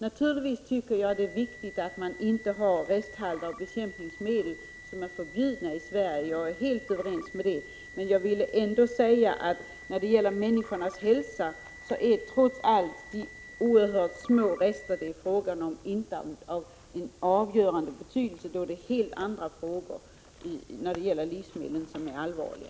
Naturligtvis tycker jag det är viktigt att det inte förekommer resthalter av bekämpningsmedel som är förbjudna i Sverige, men jag vill ändå säga att när det gäller människornas hälsa är trots allt de oerhört små rester det är fråga om inte av någon avgörande betydelse. Det är helt andra saker när det rör livsmedlen som är allvarliga.